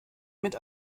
mit